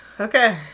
Okay